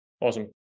Awesome